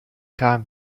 time